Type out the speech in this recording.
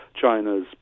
China's